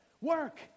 work